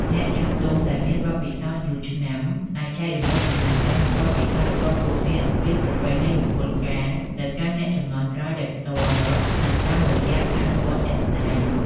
អ្នកចាស់ទុំដែលមានបទពិសោធន៍យូរឆ្នាំ អាច ចែករំលែកចំណេះដឹង និងបទពិសោធន៍ របស់ពួកគេអំពីប្រពៃណីមង្គលការ ទៅកាន់អ្នកជំនាន់ក្រោយដោយផ្ទាល់មាត់ និងតាមរយៈការអនុវត្តជាក់ស្តែង។